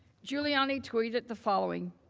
giuliani tweeted the following.